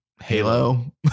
Halo